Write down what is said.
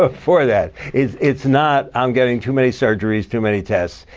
ah for that. it's it's not, i'm getting too many surgeries, too many tests.